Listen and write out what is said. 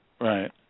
Right